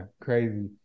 crazy